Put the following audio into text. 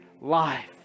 life